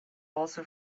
also